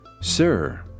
Sir